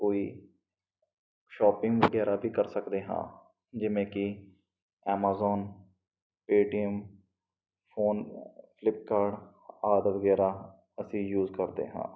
ਕੋਈ ਸ਼ੋਪਿੰਗ ਵਗੈਰਾ ਵੀ ਕਰ ਸਕਦੇ ਹਾਂ ਜਿਵੇਂ ਕਿ ਐਮਾਜ਼ੋਨ ਪੇਟੀਐੱਮ ਫੋਨ ਫਲਿਪਕਾਟ ਆਦਿ ਵਗੈਰਾ ਅਸੀਂ ਯੂਜ ਕਰਦੇ ਹਾਂ